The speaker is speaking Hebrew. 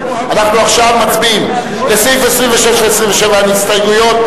אנחנו עכשיו מצביעים: לסעיף 26 ו-27 אין הסתייגויות.